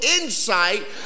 insight